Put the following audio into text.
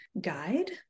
guide